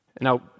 Now